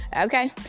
Okay